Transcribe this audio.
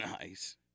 Nice